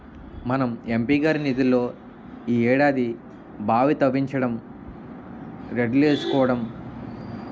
మన ఎం.పి గారి నిధుల్లో ఈ ఏడాది బావి తవ్వించడం, రోడ్లేసుకోవడం లాంటి పనులు చేసుకోవచ్చునని అధికారులే చెప్పేరు